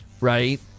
right